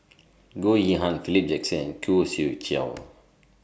Goh Yihan Philip Jackson and Khoo Swee Chiow